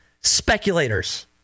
speculators